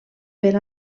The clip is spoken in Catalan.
per